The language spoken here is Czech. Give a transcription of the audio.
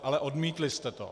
Ale odmítli jste to.